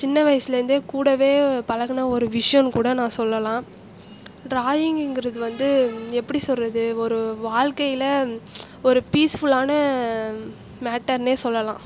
சின்ன வயதிலேருந்தே கூடவே பழகின ஒரு விஷயன்னும் கூட நான் சொல்லலாம் டிராயிங்கிறது வந்து எப்படி சொல்கிறது ஒரு வாழ்க்கையில் ஒரு பீஸ்ஃபுல்லான மேட்டர்னே சொல்லலாம்